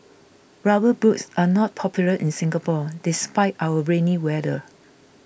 rubber boots are not popular in Singapore despite our rainy weather